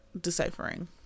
deciphering